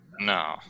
No